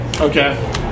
Okay